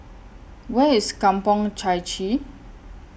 Where IS Kampong Chai Chee